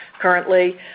currently